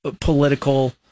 political